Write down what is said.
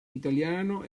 italiano